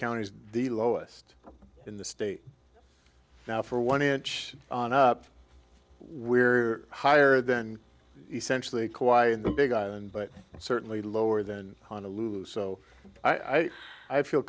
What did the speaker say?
counties the lowest in the state now for one inch we're higher than essentially quiet in the big island but certainly lower than honolulu so i